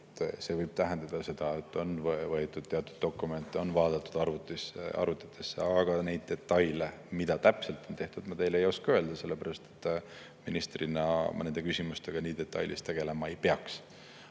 See võib tähendada seda, et on võetud ära teatud dokumente, on vaadatud arvutitesse. Aga neid detaile, mida täpselt on tehtud, ma ei oska öelda, sellepärast et ministrina ma nende küsimustega nii detailselt tegelema ei peaks.